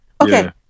Okay